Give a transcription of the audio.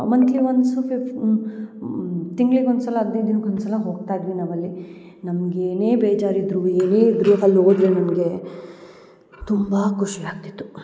monthly ಒಂದ್ಸ್ ಫಿಫ್ ತಿಂಗ್ಳಿಗೆ ಒಂದ್ಸಲ ಹದಿನೈದು ದಿನಕ್ಕೆ ಒಂದು ಸಲ ಹೋಗ್ತಾ ಇದ್ವಿ ನಾವು ಅಲ್ಲಿ ನಮ್ಗೆ ಏನೇ ಬೇಜಾರಿದ್ರುವೇ ಏನೇ ಇದ್ದರೂ ಅಲ್ಲಿ ಹೋದ್ರೆ ನಮಗೆ ತುಂಬಾ ಖುಷಿ ಆಗ್ತಿತ್ತು